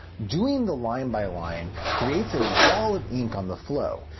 doing the line by line creates a wall of ink on the flow.